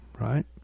right